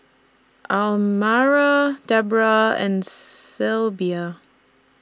Almyra Debroah and Sybilla